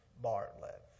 Bartlett